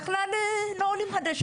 בכלל לא עולים חדשים.